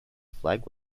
flag